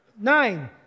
Nine